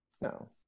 No